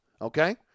Okay